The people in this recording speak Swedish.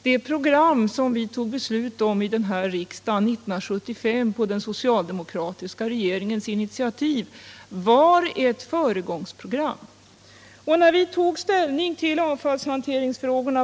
Det program som vi, på den socialdemokratiska regeringens initiativ, tog beslut om i riksdagen 1975 var ett föregångsprogram.